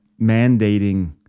mandating